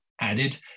added